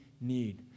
need